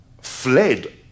fled